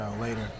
Later